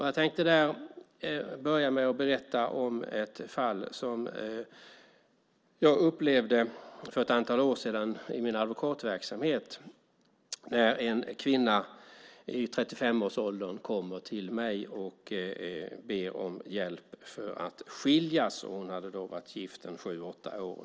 Jag tänker börja med att berätta om ett fall som jag upplevde för ett antal år sedan i min advokatverksamhet. En kvinna i 35-årsåldern kom till mig och bad om hjälp för att skiljas. Hon hade då varit gift ungefär sju åtta år.